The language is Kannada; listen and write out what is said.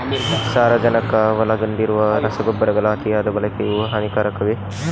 ಸಾರಜನಕ ಒಳಗೊಂಡಿರುವ ರಸಗೊಬ್ಬರಗಳ ಅತಿಯಾದ ಬಳಕೆಯು ಹಾನಿಕಾರಕವೇ?